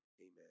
Amen